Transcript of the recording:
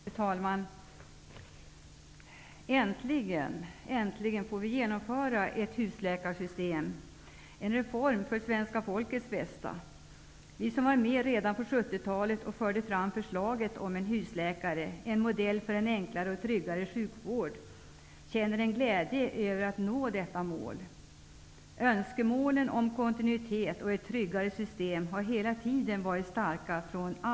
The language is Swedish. Fru talman! Äntligen får vi införa ett husläkarsystem -- en reform för svenska folkets bästa. Vi som var med redan på 70-talet och förde fram förslaget om husläkare -- en modell för en enklare och tryggare sjukvård -- känner en glädje över att nå detta mål. Önskemålen från allmänheten, patienterna, om kontinuitet och ett tryggare system har hela tiden varit starka.